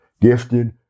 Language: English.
gifted